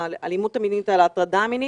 על האלימות המינית, על ההטרדה המינית.